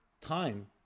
time